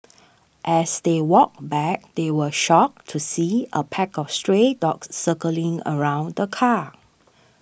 as they walked back they were shocked to see a pack of stray dogs circling around the car